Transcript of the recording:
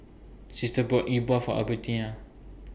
Sister bought E Bua For Albertina